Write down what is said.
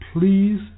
please